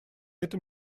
этом